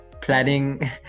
Planning